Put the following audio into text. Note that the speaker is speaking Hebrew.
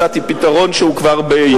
הצעתי פתרון שהוא כבר ביישום.